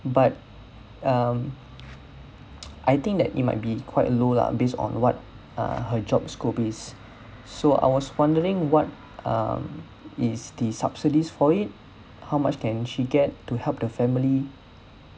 but um I think that it might be quite low lah based on what uh her job scope is so I was wondering what um is the subsidies for it how much can she get to help the family